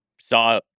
saw